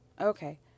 okay